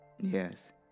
Yes